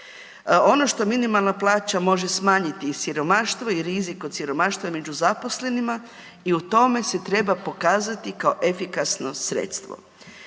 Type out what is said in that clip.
Ono što minimalna plaća može smanjiti i siromaštvo i rizik od siromaštva među zaposlenima i u tome se treba pokazati kao efikasno sredstvo.